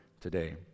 today